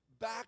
back